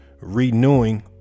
renewing